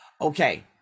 Okay